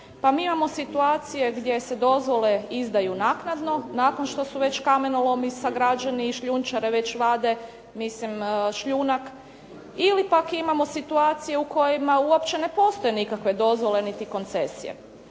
Pa mi imamo situacije gdje se dozvole izdaju naknadno, nakon što su kamenolomi sagrađeni i šljunčare već vade šljunak, ili pak imamo situacije u kojima uopće ne postoje nikakve dozvole ni koncesije.